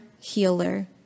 healer